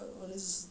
err what these